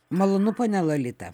malonu ponia lolita